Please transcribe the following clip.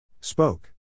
Spoke